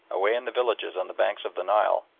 away in the villages on the banks of the nile,